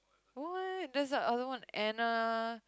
no leh there's another one Anna